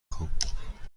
خواهم